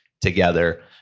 together